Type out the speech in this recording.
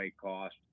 cost